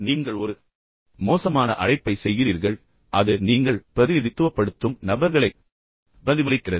நீங்கள் ஒரு மோசமான அழைப்பை செய்கிறீர்கள் அது உண்மையில் உங்கள் அமைப்பு அல்லது நீங்கள் பிரதிநிதித்துவப்படுத்தும் நபர்களைப் பிரதிபலிக்கிறது